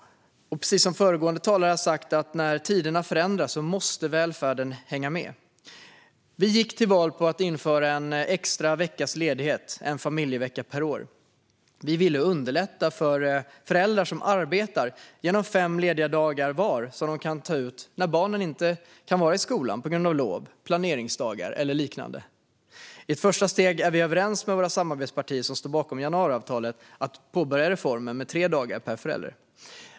Precis som föregående talare har sagt måste välfärden hänga med när tiderna förändras. Vi gick till val på att införa en extra veckas ledighet, en familjevecka, per år. Vi ville underlätta för föräldrar som arbetar genom fem lediga dagar var som de kan ta ut när barnen inte kan vara i skolan på grund av lov, planeringsdagar och liknande. I ett första steg är vi överens med våra samarbetspartier som står bakom januariavtalet att börja reformen med tre dagar per förälder.